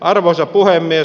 arvoisa puhemies